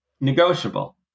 negotiable